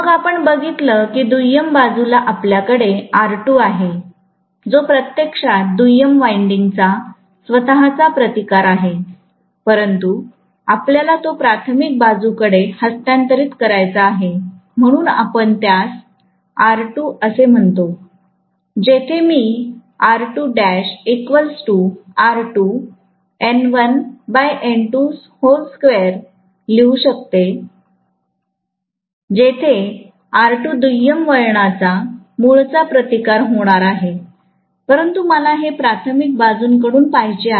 मग आपण बघितलं की दुय्यम बाजूला आपल्याकडे R2 आहे जो प्रत्यक्षात दुय्यम वायंडिंग चा स्वतःचा प्रतिकार आहे परंतु आपल्याला तो प्राथमिक बाजूकडे हस्तांतरित करायचा आहे म्हणून आपण त्यास R2 असे म्हणतो जेथे मीलिहू शकते जेथे R2 दुय्यम वळण चा मूळचा प्रतिकार होणार आहे परंतु मला हे प्राथमिक बाजूंकडून पहायचे आहे